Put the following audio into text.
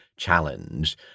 challenge